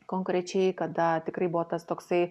konkrečiai kada tikrai buvo tas toksai